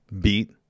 beat